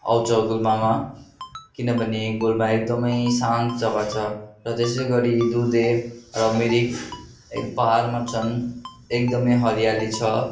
आउँछ गुलमामा किनभने गुलमा एकदमै शान्त जग्गा छ र त्यसै गरी यो दुधे र मिरिक पाहाडमा छन् एकदमै हरियाली छ